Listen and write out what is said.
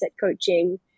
coaching